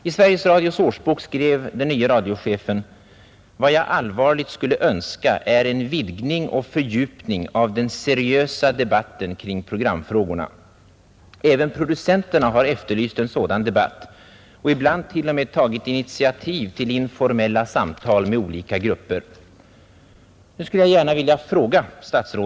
I Sveriges Radios årsbok skrev den nye radiochefen: ”Vad jag allvarligt skulle önska är en vidgning och fördjupning av den seriösa debatten kring programfrågorna.” Även producenterna har efterlyst en sådan debatt och ibland t.o.m. tagit initiativ till informella samtal med olika grupper.